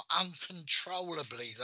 uncontrollably